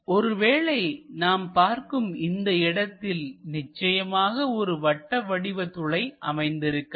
ஒருவேளை நாம் பார்க்கும் இந்த இடத்தில் நிச்சயமாக ஒரு வட்ட வடிவ துளை அமைந்திருக்கலாம்